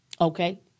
okay